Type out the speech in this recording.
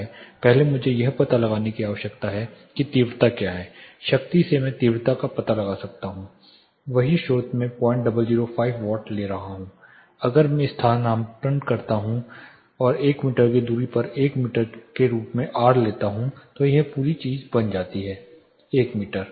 पहले मुझे यह पता लगाने की आवश्यकता है कि तीव्रता क्या है शक्ति से मैं तीव्रता का पता लगा सकता हूं वही स्रोत मैं 0005 वाट ले रहा हूं अगर मैं स्थानापन्न करता हूं और 1 मीटर की दूरी पर 1 मीटर के रूप में आर लेता हूं तो यह पूरी चीज बन जाती है 1 मीटर